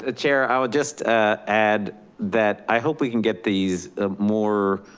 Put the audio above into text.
ah chair, i would just add that, i hope we can get these more